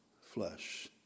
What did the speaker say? flesh